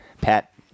Pat